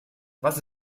was